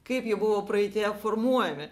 kaip jie buvo praeityje formuojami